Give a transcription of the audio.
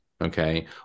Okay